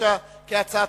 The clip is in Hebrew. כהצעת